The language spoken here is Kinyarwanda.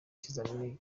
ikizamini